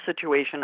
situation